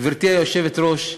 גברתי היושבת-ראש,